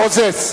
מוזס,